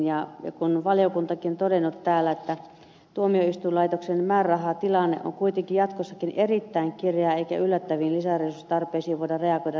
valiokuntakin on todennut täällä että tuomioistuinlaitoksen määrärahatilanne on kuitenkin jatkossakin erittäin kireä eikä yllättäviin lisäresurssitarpeisiin voida reagoida riittävästi